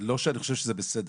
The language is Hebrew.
לא שאני חושב שזה בסדר,